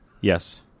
Yes